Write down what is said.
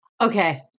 Okay